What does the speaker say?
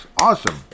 Awesome